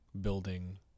building